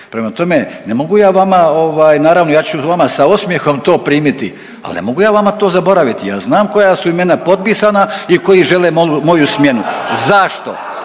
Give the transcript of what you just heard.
prema tome, ne mogu ja vama, naravno, ja ću vama sa osmjehom to primiti, ali ne mogu ja vama to zaboraviti, ja znam koja su imena potpisana i koji žele moju smjenu. Zašto?